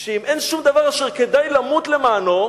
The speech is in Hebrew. שאם אין שום דבר אשר כדאי למות למענו,